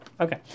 Okay